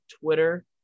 Twitter